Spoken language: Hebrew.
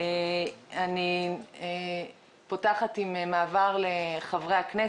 אני פותחת עם מעבר לחברי הכנסת,